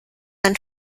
man